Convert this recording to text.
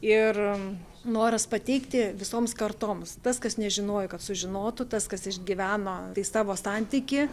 ir noras pateikti visoms kartoms tas kas nežinojo kad sužinotų tas kas išgyveno savo santykį